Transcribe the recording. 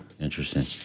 interesting